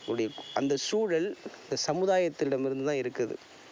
உடைய அந்தச் சூழல் இந்தச் சமுதாயத்திடமிருந்து தான் இருக்கிறது